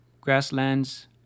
grasslands